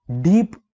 deep